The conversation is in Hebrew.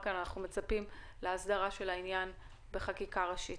מצפים להסדרה של העניין בחקיקה ראשית.